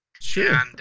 Sure